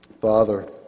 Father